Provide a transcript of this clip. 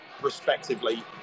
respectively